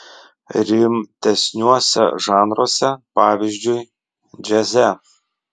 rimtesniuose žanruose pavyzdžiui džiaze